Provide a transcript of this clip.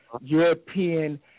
European